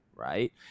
Right